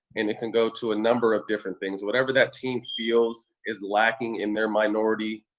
and it can go to a number of different things. whatever that team feels is lacking in their minority,